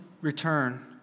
return